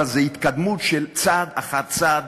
אבל זה התקדמות של צעד אחר צעד,